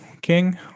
King